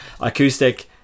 acoustic